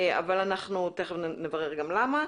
אנחנו תיכף נברר למה.